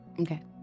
okay